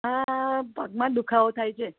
આ પગમાં દુઃખાવો થાય છે